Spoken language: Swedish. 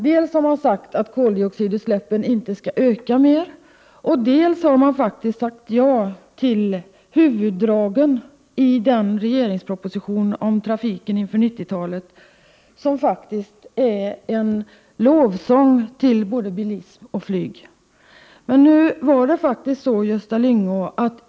Dels har man sagt att koldioxidutsläppen inte skall öka, dels har man faktiskt sagt ja till huvuddragen i den proposition om trafiken inför 90-talet som är en lovsång till både bilism och flyg.